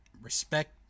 respect